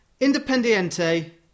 Independiente